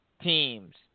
teams